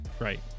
Right